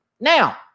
Now